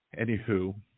Anywho